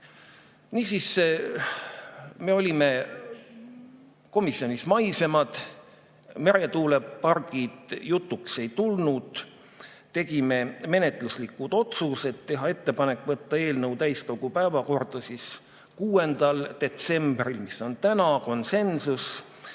Niisiis, me olime komisjonis maisemad, meretuulepargid jutuks ei tulnud. Tegime menetluslikud otsused: teha ettepanek võtta eelnõu täiskogu päevakorda 6. detsembril, mis on täna – konsensus